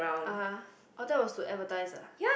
ah orh that was to advertise ah